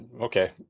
okay